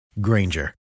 Granger